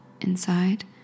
inside